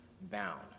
bound